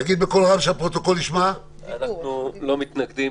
אנחנו לא מתנגדים,